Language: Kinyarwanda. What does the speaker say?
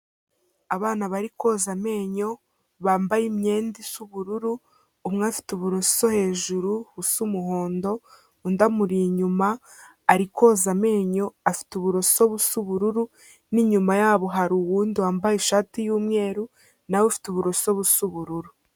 Abana barikoza amenyo bambaye imyenda isa ubururu, umwe afite uburoso hejuru busa umuhondo undi amuri inyuma arikoza amenyo afite uburoso busa ubururu n'inyuma yabo hari uwundi wambaye ishati y'umweru na we ufite uburoso busa ubururu.